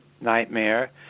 nightmare